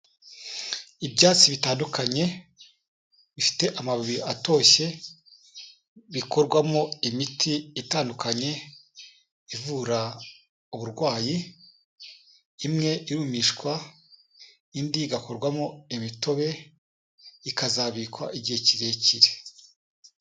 Ibyatsi bitandukanye, bifite amababi atoshye, bikorwamo imiti itandukanye ivura uburwayi, imwe irumishwa, indi igakorwamo imitobe, ikazabikwa igihe kirekire.